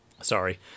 Sorry